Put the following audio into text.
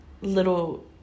little